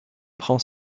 prend